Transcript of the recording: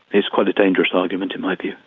it's quite a dangerous argument, in my view.